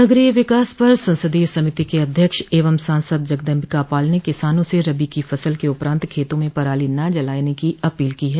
नगरीय विकास पर संसदीय समिति के अध्यक्ष एवं सांसद जगदम्बिका पाल ने किसानों से रबी की फसल के उपरान्त खेतों में पराली न जलाने की अपील की है